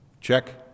Check